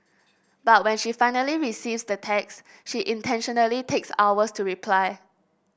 but when she finally receives the text she intentionally takes hours to reply